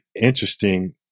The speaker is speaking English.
interesting